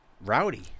rowdy